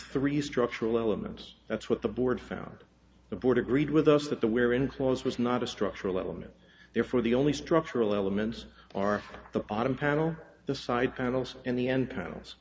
three structural elements that's what the board found the board agreed with us that the where in clause was not a structural element therefore the only structural elements are the bottom panel the side panels in the end panels